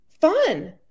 fun